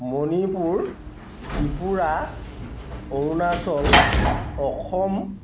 Manipur Tripura Arunachal Assam